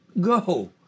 go